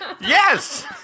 Yes